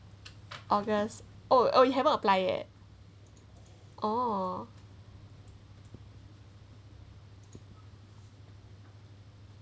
august oh oh you haven't apply it oo